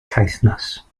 caithness